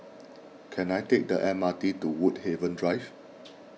can I take the M R T to Woodhaven Drive